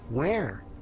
where?